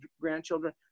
grandchildren